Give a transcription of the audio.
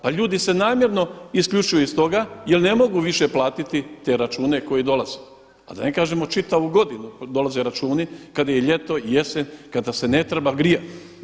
Pa ljudi se namjerno isključuju iz toga jel ne mogu više platiti te račune koji dolaze, a da ne kažemo čitavu godinu dolaze računi i kada je ljeto i jesen, kada se ne treba grijati.